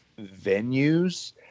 venues